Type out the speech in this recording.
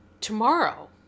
tomorrow